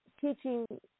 teaching